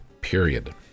period